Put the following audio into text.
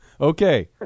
Okay